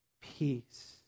peace